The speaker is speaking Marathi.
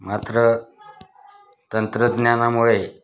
मात्र तंत्रज्ञानामुळे